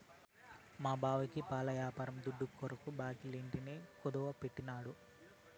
మా బావకి పాల యాపారం దుడ్డుకోసరం బాంకీల ఇంటిని కుదువెట్టినాడు